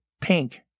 pink